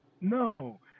No